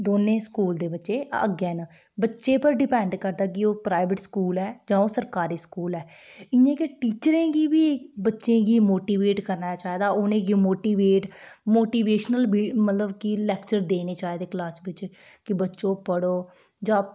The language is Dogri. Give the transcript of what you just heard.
दौनें स्कूल दे बच्चे अग्गें न बच्चे पर डिपेंड करदा कि ओह् प्राइवेट स्कूल ऐ जां ओह् सरकारी स्कूल ऐ इ'यां गै टीचरें गी बी बच्चें गी बी मोटिवेट करना चाहिदा ऐ कि उ'नें गी मोटीवेट मोटिवेशनल मतलब कि लैक्चर देने चाहिदे क्लास बिच कि बच्चो पढ़ो जां